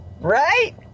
Right